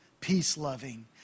peace-loving